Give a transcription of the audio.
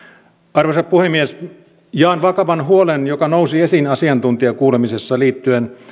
arvoisa puhemies jaan vakavan huolen joka nousi esiin asiantuntijakuulemisessa liittyen